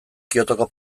kyotoko